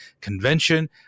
convention